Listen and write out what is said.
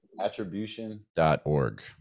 attribution.org